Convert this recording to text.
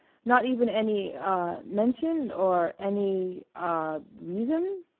not even any ah mention or any ah reason?